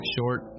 Short